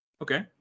Okay